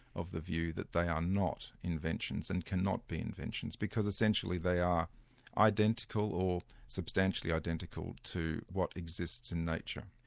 of the view that they are not inventions and cannot be inventions, because essentially they are identical or substantially identical to what exists in nature.